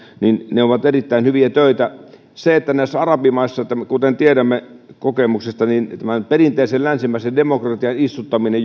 ovat erittäin hyviä töitä kyllähän se on pakko meidän tunnustaa että näihin arabimaihin johonkin irakiin saatikka afganistaniin kuten tiedämme kokemuksesta tämän perinteisen länsimaisen demokratian istuttaminen